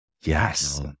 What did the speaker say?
Yes